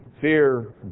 fear